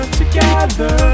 together